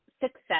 success